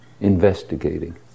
investigating